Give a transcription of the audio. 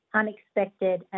unexpected